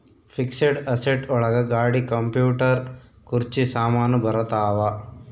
fixed asset ಒಳಗ ಗಾಡಿ computer ಕುರ್ಚಿ ಸಾಮಾನು ಬರತಾವ